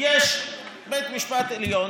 יש בית משפט עליון,